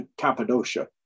Cappadocia